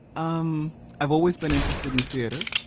um i've always been interested in theater.